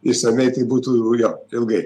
išsamiai tai būtų jo ilgai